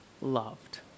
loved